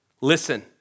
listen